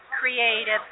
creative